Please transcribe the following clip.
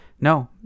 No